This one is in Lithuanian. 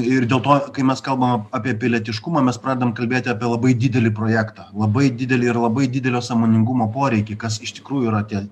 ir dėl to kai mes kalbam apie pilietiškumą mes pradedam kalbėti apie labai didelį projektą labai didelį ir labai didelio sąmoningumo poreikį kas iš tikrųjų yra tie